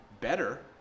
better